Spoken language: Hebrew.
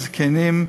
לזקנים,